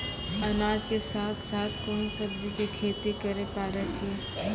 अनाज के साथ साथ कोंन सब्जी के खेती करे पारे छियै?